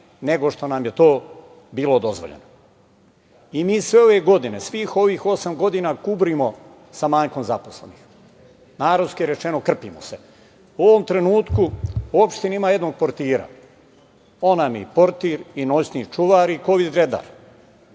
nego što nam je to bilo dozvoljeno. I mi sve ove godine, svih ovih osam godina kuburimo sa manjkom zaposlenih. Narodski rečeno, krpimo se.U ovom trenutku opština ima jednog portira. On nam je i portir i noćni čuvar i kovid redar.